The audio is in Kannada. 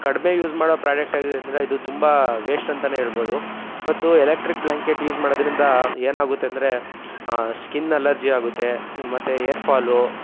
ಕಡಿಮೆ ಯೂಸ್ ಮಾಡೋ ಪ್ರಾಡಕ್ಟಾಗಿದೆ ಅಂದರೆ ಇದು ತುಂಬ ವೇಶ್ಟ್ ಅಂತಲೇ ಹೇಳ್ಬೋದು ಮತ್ತು ಎಲೆಕ್ಟ್ರಿಕ್ ಬ್ಲ್ಯಾಂಕೆಟು ಯೂಸ್ ಮಾಡೋದ್ರಿಂದ ಏನಾಗುತ್ತೆ ಅಂದರೆ ಸ್ಕಿನ್ ಅಲರ್ಜಿ ಆಗುತ್ತೆ ಮತ್ತು ಏರ್ ಫಾಲು